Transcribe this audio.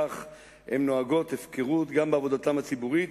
כך הן נוהגות הפקרות גם בעבודתן הציבורית,